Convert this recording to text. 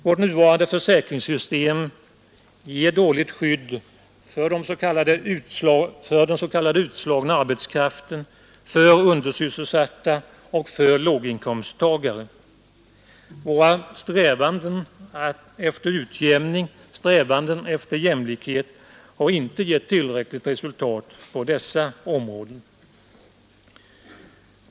Vårt nuvarande försäkringssystem ger dåligt skydd för den s.k. utslagna arbetskraften, för undersysselsatta och för låginkomsttagare. Våra strävanden efter utjämning och jämlikhet har inte gett tillräckliga resultat på dessa områden.